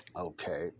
Okay